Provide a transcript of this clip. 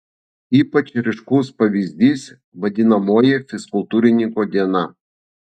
ypač ryškus pavyzdys vadinamoji fizkultūrininko diena